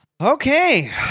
okay